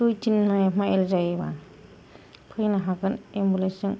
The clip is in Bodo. दुइ तिन माइल जायोबा फैनो हागोन एम्बुलेन्सजों